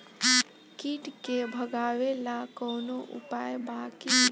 कीट के भगावेला कवनो उपाय बा की?